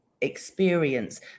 experience